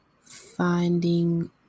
finding